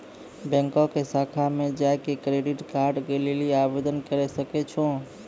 बैंको के शाखा मे जाय के क्रेडिट कार्ड के लेली आवेदन करे सकै छो